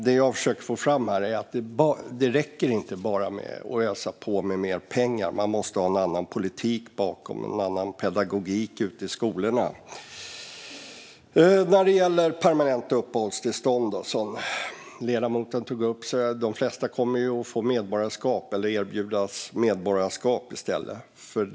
Det jag försöker få fram är att det inte räcker att bara ösa på med mer pengar. Man måste också ha en annan politik bakom och en annan pedagogik ute i skolorna. När det gäller permanenta uppehållstillstånd, som ledamoten tog upp, kommer de flesta i den grupp som ledamoten nämnde att erbjudas medborgarskap i stället.